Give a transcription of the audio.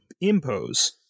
impose